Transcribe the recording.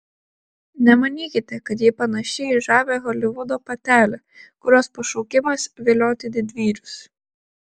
nemanykite kad ji panaši į žavią holivudo patelę kurios pašaukimas vilioti didvyrius